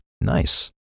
Nice